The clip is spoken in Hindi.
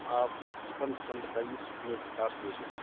आप कम से कम बताइए कितने तक आप दे देंगें